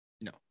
No